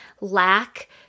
lack